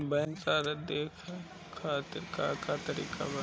Bank सराश देखे खातिर का का तरीका बा?